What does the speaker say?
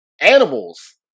Animals